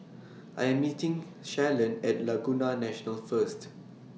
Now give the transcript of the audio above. I Am meeting Shalon At Laguna National First